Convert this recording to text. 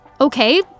Okay